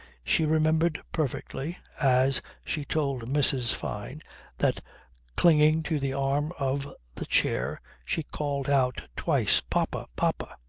she remembered perfectly as she told mrs. fyne that clinging to the arm of the chair she called out twice papa! papa!